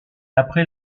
après